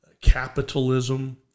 capitalism